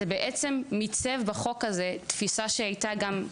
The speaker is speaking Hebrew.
זה בעצם מיצב בחוק הזה תפיסה שהייתה גם,